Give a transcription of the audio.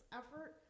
effort